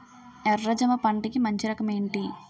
ఎర్ర జమ పంట కి మంచి రకం ఏంటి?